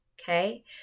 Okay